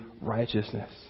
righteousness